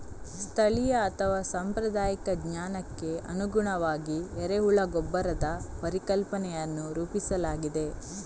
ಸ್ಥಳೀಯ ಅಥವಾ ಸಾಂಪ್ರದಾಯಿಕ ಜ್ಞಾನಕ್ಕೆ ಅನುಗುಣವಾಗಿ ಎರೆಹುಳ ಗೊಬ್ಬರದ ಪರಿಕಲ್ಪನೆಯನ್ನು ರೂಪಿಸಲಾಗಿದೆ